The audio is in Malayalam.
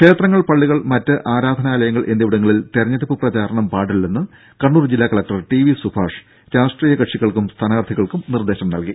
ക്ഷേത്രങ്ങൾ പള്ളികൾ മറ്റ് ആരാധനാലയങ്ങൾ എന്നിവിടങ്ങിൽ തെരഞ്ഞെടുപ്പ് പ്രചാരണം പാടില്ലെന്ന് കണ്ണൂർ ജില്ലാ കലക്ടർ ടി വി സുഭാഷ് രാഷ്ട്രീയകക്ഷികൾക്കും സ്ഥാനാർത്ഥികൾക്കും നിർദേശം നൽകി